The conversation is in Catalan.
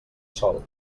sòl